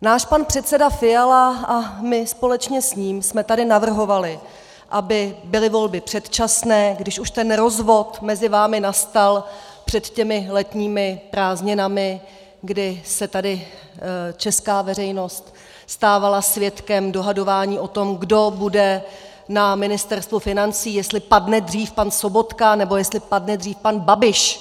Náš pan předseda Fiala a my společně s ním jsme tady navrhovali, aby byly volby předčasné, když už ten rozvod mezi vámi nastal před těmi letními prázdninami, kdy se tady česká veřejnost stávala svědkem dohadování o tom, kdo bude na Ministerstvu financí, jestli padne dřív pan Sobotka, nebo jestli padne dřív pan Babiš.